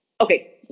Okay